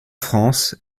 france